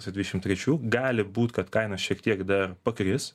su dvidešimt trečiu gali būt kad kaina šiek tiek dar pakris